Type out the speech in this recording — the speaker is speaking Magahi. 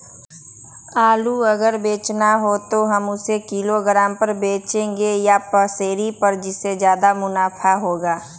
आलू अगर बेचना हो तो हम उससे किलोग्राम पर बचेंगे या पसेरी पर जिससे ज्यादा मुनाफा होगा?